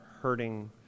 hurting